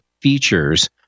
features